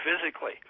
physically